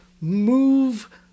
move